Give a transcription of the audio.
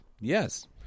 Yes